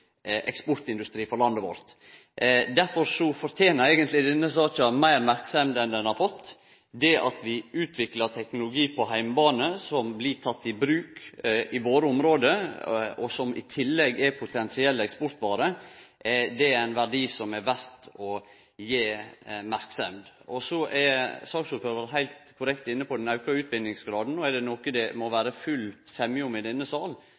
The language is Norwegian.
eksportindustri for landet vårt. Derfor fortener denne saka eigentleg meir merksemd enn ho har fått. Det at vi utviklar teknologi på heimebane som blir teken i bruk i våre område, og som i tillegg er potensiell eksportvare, er ein verdi som det er verdt å gi merksemd. Så er saksordføraren heilt korrekt inne på den auka utvinningsgraden. Er det noko det må vere full semje om i denne